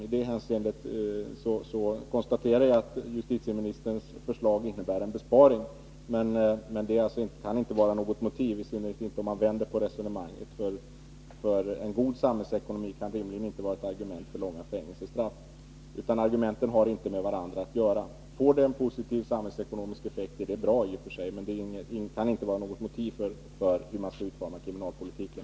I det avseendet konstaterar jag att justitieministerns förslag innebär en besparing. Men det kan inte vara något motiv, i synnerhet inte om man vänder på resonemanget. En god samhällsekonomi kan rimligen inte vara ett argument för långa fängelsestraff. Argumenten har inte med varandra att göra. Får det en positiv samhällsekonomisk effekt är det bra i och för sig, men det kan inte vara något motiv för hur man skall utforma kriminalpolitiken.